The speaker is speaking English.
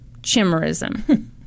chimerism